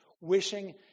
Wishing